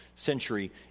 Century